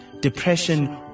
depression